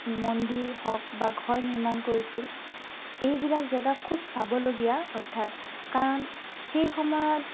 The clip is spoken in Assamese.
মন্দিৰ হওক বা ঘৰ নিৰ্মাণ কৰিছিল এইবিলাক জেগাক খুব চাবলগীয়া অৰ্থাৎ কাৰণ সেই সময়ত